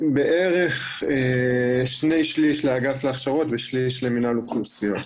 ושם היא משתתפת בערך ב-20% מגובה השכר לתקופה מסוימת,